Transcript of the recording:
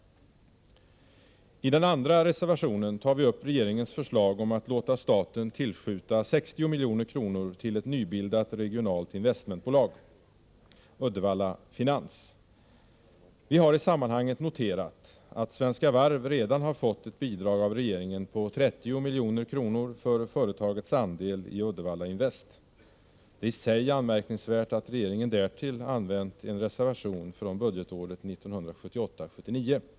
I den andra reservationen tar vi upp regeringens förslag om att låta staten tillskjuta 60 milj.kr. till ett nybildat regionalt investmentbolag, Uddevalla Finans. Vi har i sammanhanget noterat att Svenska Varv redan har fått ett bidrag av regeringen på 30 milj.kr. för företagets andel i Uddevalla Invest. Det är i sig anmärkningsvärt att regeringen därtill använt en reservation från budgetåret 1978/79.